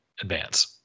advance